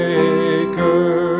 Maker